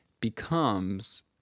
becomes